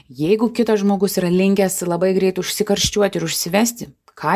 jeigu kitas žmogus yra linkęs labai greit užsikarščiuoti ir užsivesti ką